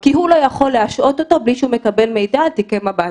כי הוא לא יכול להשעות אותו בלי שהוא מקבל מידע על תיקי מב"ד.